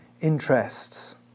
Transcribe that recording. interests